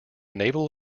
naval